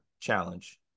challenge